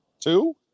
Two